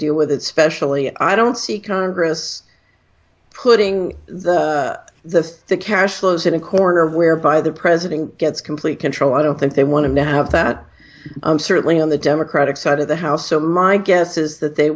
deal with it specially i don't see congress putting the the cash flows in a corner whereby the president gets complete control i don't think they want to have that certainly on the democratic side of the house so my guess is that they